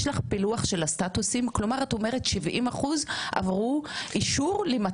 יש להם א1 והם רוצים א5.